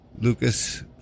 lucas